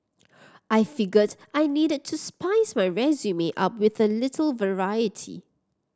I figured I needed to spice my resume up with a little variety